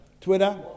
Twitter